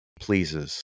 pleases